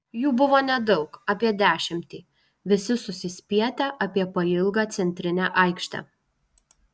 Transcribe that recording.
jų buvo nedaug apie dešimtį visi susispietę apie pailgą centrinę aikštę